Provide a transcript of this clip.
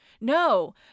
No